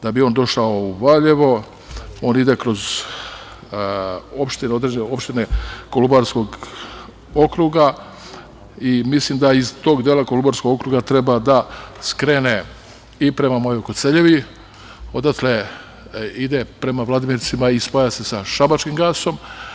Da bi on došao u Valjevo, on ide kroz opštine Kolubarskog okruga i mislim da iz tog dela Kolubarskog okruga treba da skrene i prema mojoj Koceljevi, odatle ide prema Vladimircima i spaja se sa šabačkim gasom.